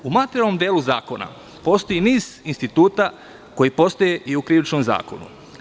U materijalnom delu zakona postoji niz instituta koji postoje i u Krivičnom zakoniku.